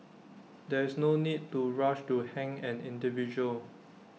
there is no need to rush to hang an individual